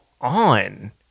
on